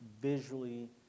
visually